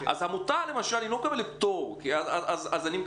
אז עמותה,